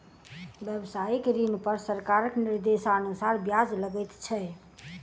व्यवसायिक ऋण पर सरकारक निर्देशानुसार ब्याज लगैत छै